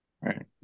right